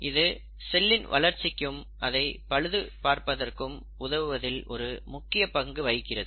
இது செல்லின் வளர்ச்சிக்கும் அதை பழுது பார்ப்பதற்கும் உதவுவதில் ஒரு முக்கிய பங்கு வகிக்கிறது